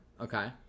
Okay